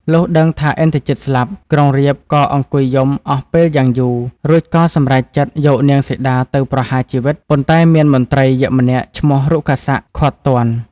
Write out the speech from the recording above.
លុះដឹងថាឥន្ទ្រជិតស្លាប់ ក្រុងរាពណ៍ក៏អង្គុយយំអស់ពេលយ៉ាងយូរ រួចក៏សម្រេចចិត្ត យកនាងសីតាទៅប្រហាជីវិត ប៉ុន្តែមានមន្ត្រីយក្សម្នាក់ឈ្មោះ រុក្ខសៈឃាត់ទាន់។